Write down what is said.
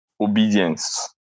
obedience